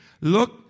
look